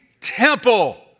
temple